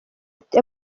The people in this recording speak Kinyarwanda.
ati